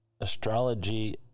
astrology